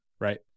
right